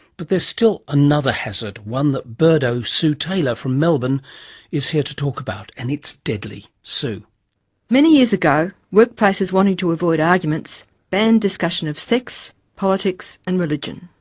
but there's still another hazard, one that birdo sue taylor from melbourne is here to talk about. and it's deadly. sue taylor many years ago workplaces wanting to avoid arguments banned discussion of sex, politics and religion.